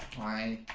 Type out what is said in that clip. my